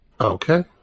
Okay